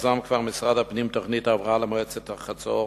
יזם כבר משרד הפנים תוכנית הבראה למועצת חצור,